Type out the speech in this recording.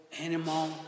animal